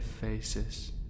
faces